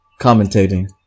commentating